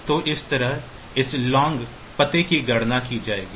तो इस तरह इस long पते की गणना की जाएगी